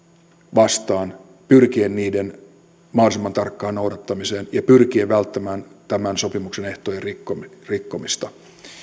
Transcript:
vastaan pyrkien niiden mahdollisimman tarkkaan noudattamiseen ja pyrkien välttämään tämän sopimuksen ehtojen rikkomista rikkomista